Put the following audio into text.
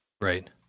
Right